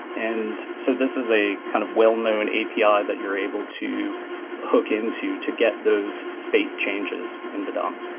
and so this is a kind of well-known api ah that you're able to hook into to get those state changes in the dom.